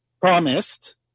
promised